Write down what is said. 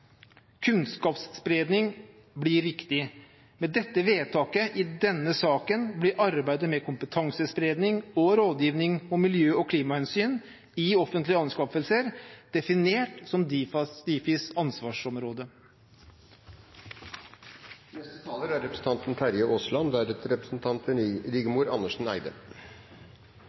Kunnskapsspredning blir viktig. Med dette vedtaket i denne saken blir arbeidet med kompetansespredning og rådgivning om miljø- og klimahensyn i offentlige anskaffelser definert som Difis ansvarsområde.